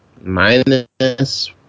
Minus